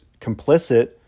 complicit